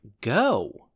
go